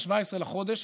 ב-17 בחודש,